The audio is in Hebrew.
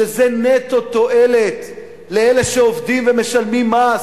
שזה נטו תועלת לאלה שעובדים ומשלמים מס,